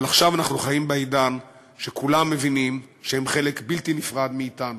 אבל עכשיו אנחנו חיים בעידן שכולם מבינים שהם חלק בלתי נפרד מאתנו.